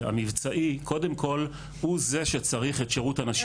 והמבצעי קודם כל הוא זה שצריך את שירות הנשים.